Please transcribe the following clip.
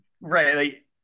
right